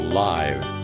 live